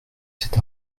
cet